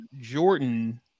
Jordan